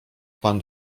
pan